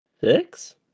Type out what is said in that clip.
Six